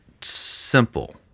simple